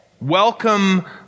Welcome